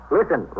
Listen